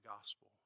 gospel